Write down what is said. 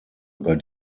über